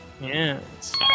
Yes